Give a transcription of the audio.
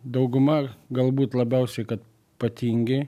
dauguma galbūt labiausiai kad patingi